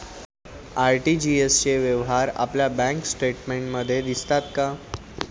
RTGS चे व्यवहार आपल्या बँक स्टेटमेंटमध्ये दिसतात का?